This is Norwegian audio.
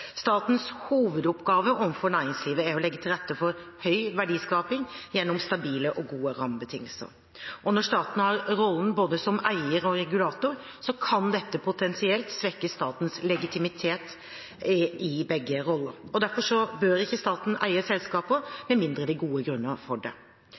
Statens hovedoppgave overfor næringslivet er å legge til rette for høy verdiskaping gjennom stabile og gode rammebetingelser. Når staten har rollen både som eier og regulator, kan dette potensielt svekke statens legitimitet i begge rollene. Derfor bør ikke staten eie selskaper med mindre det